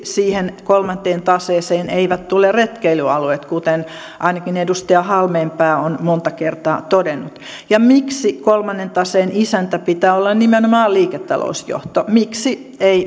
siihen kolmanteen taseeseen eivät tule retkeilyalueet kuten ainakin edustaja halmeenpää on monta kertaa todennut ja miksi kolmannen taseen isännän pitää olla nimenomaan liiketalousjohto miksi ei